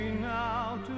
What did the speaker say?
now